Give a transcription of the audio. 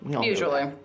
Usually